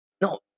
No